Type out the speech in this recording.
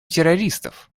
террористов